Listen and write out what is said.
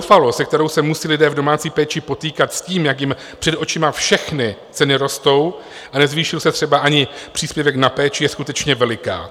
Zoufalost, se kterou se musí lidé v domácí péči potýkat s tím, jak jim před očima všechny ceny rostou, a nezvýšil se třeba ani příspěvek na péči, je skutečně veliká.